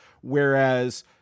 Whereas